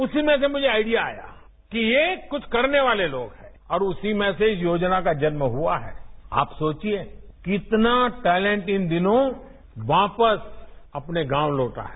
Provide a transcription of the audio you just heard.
उसी में से मुझे आइडिया आया कि ये कुछ करने वाले लोग हैं और उसी में से इस योजना का जन्म हुआ है कि आप सोचिए इतना टैलेंट इन दिनों वापस आने गांव लौटा है